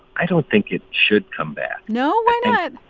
i don't think it should come back no? why not?